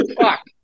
fuck